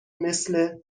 مثل